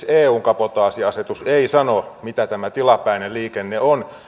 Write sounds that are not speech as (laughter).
(unintelligible) eun kabotaasiasetus ei sano mitä tämä tilapäinen liikenne on